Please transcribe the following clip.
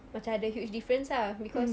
macam ada huge difference ah because